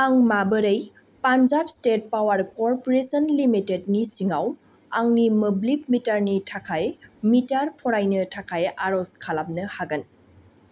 आं माबोरै Punjab state power corporation लिमिटेडनि सिङाव आंनि मोब्लिब मिटारनि थाखाय मिटार फरायनो थाखाय आरज खालामनो हागोन